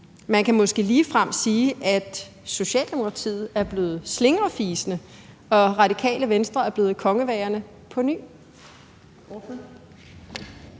Man kan måske ligefrem sige, at Socialdemokratiet er blevet slingefisene, og at Radikale Venstre er blevet kongemagerne på ny.